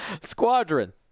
Squadron